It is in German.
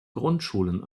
grundschulen